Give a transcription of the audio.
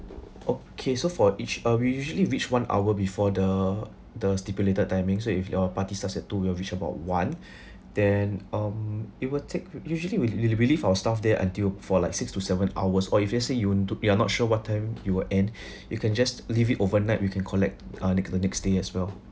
okay so for each uh we usually reach one hour before the the stipulated timing so if your party starts at two we'll reach about one then um it will take usually we'll be leave our staff there until for like six to seven hours or if let's say you want to you are not sure what time you will end you can just leave it overnight we can collect uh next the next day as well